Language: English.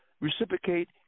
reciprocate